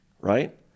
right